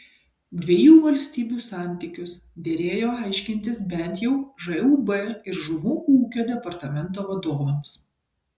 dviejų valstybių santykius derėjo aiškintis bent jau žūb ir žuvų ūkio departamento vadovams